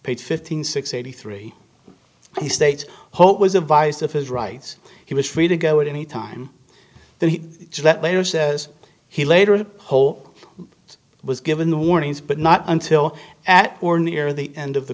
page fifteen six eighty three he states hold was advised of his rights he was free to go at any time that he that later says he later whole was given the warnings but not until at or near the end of the